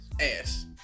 Ass